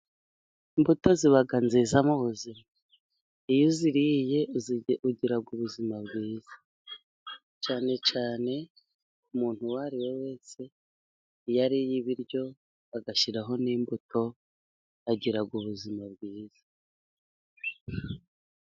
Imbuto ziba nziza mu buzima, iyo uziriye ugira ubuzima bwiza, cyane cyane muntu uwo ari we wese ariye ibiryo agashyiraho n'imbuto agira ubuzima bwiza.